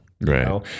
Right